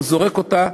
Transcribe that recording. הוא זורק אותה,